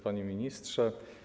Panie Ministrze!